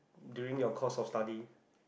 during your course of study